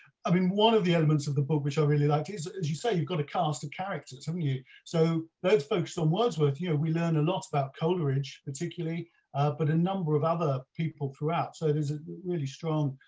i mean one of the elements of the book which i really liked is, as you say you've got a cast of characters haven't you so that's focused on wordsworth you know we learn a lot about coleridge particularly, ah but a number of other people throughout so there's a really strong